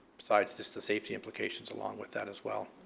besides just the safety implications along with that as well.